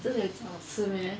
真的有这种事 meh